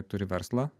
turi verslą